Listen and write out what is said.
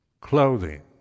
clothing